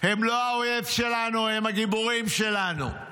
הם לא האויב שלנו, הם הגיבורים שלנו.